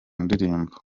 ndirimbo